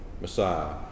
Messiah